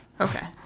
Okay